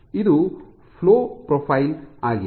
ಇದು flow profile ಆಗಿದೆ